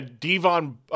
Devon